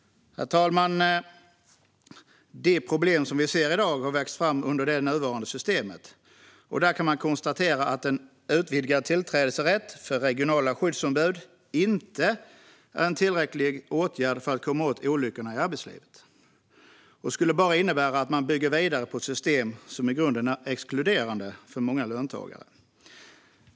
Herr talman! De problem som vi ser i dag har vuxit fram under det nuvarande systemet. Därav kan man konstatera att utvidgad tillträdesrätt för regionala skyddsombud inte är en tillräcklig åtgärd för att komma åt olyckorna i arbetslivet utan bara skulle innebära att man bygger vidare på ett system som i grunden är exkluderande för många löntagare.